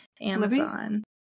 Amazon